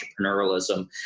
entrepreneurialism